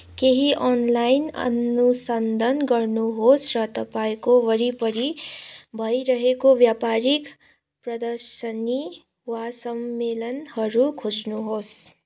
केही अनलाइन अनुसन्धान गर्नुहोस् र तपाईँँको वरिपरि भइरहेका व्यापारिक प्रदर्शनी वा सम्मेलनहरू खोज्नुहोस्